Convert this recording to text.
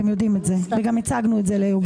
אתם יודעים את זה וגם הצגנו את זה ליוגב.